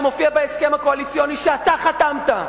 זה מופיע בהסכם הקואליציוני שאתה חתמת,